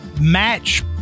match